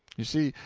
you see,